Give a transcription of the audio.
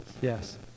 Yes